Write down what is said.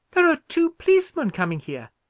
there are two policemen coming here!